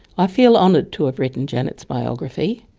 i feel honoured to have written janet's biography.